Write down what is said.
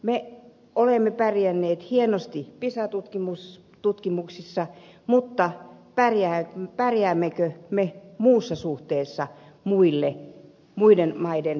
me olemme pärjänneet hienosti pisa tutkimuksissa mutta pärjäämmekö me muussa suhteessa muiden maiden kouluille